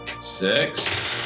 Six